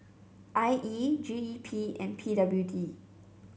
I E G E P and P W D